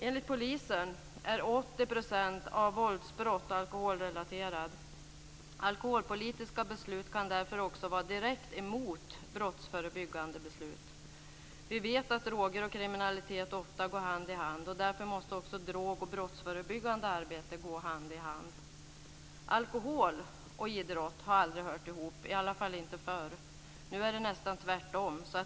Enligt polisen är 80 % av våldsbrott alkoholrelaterade. Alkoholpolitiska beslut kan därför också vara direkt emot brottsförebyggande beslut. Vi vet att droger och kriminalitet ofta går hand i hand. Därför måste också drog och brottsförebyggande arbete gå hand i hand. Alkohol och idrott har aldrig hört ihop, i varje fall inte förr. Nu är det nästan tvärtom.